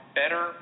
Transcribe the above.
better